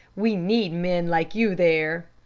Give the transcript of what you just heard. we need men like you there.